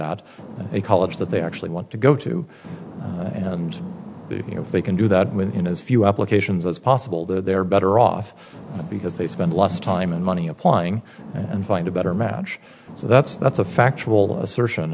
at a college that they actually want to go to and if they can do that within as few applications as possible that they're better off because they spend less time and money applying and find a better match so that's that's a factual assertion